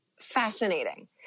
fascinating